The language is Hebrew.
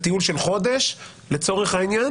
לטיול של חודש בארצות הברית לצורך העניין,